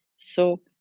so,